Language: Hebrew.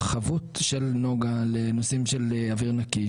חבות של נגה לנושאים של אוויר נקי,